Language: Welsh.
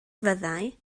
fyddai